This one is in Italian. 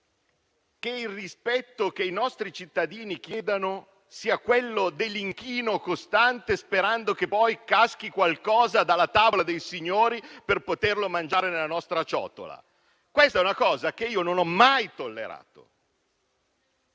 che il rispetto che i nostri cittadini chiedono sia quello dell'inchino costante, sperando che poi caschi qualcosa dalla tavola dei signori per poterlo mangiare nella nostra ciotola? Questo è un aspetto che personalmente non ho mai tollerato,